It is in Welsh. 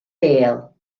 bêl